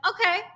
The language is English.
okay